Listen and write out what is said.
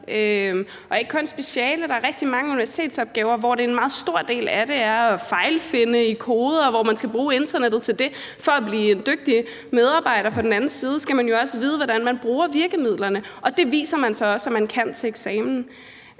er ikke kun specialer; der er rigtig mange universitetsopgaver, hvor en meget stor del af det er at fejlfinde i koder, og der skal man bruge internettet til det. For at blive en dygtig medarbejder på den anden side skal man jo også vide, hvordan man bruger virkemidlerne, og det viser man så også at man kan til eksamen.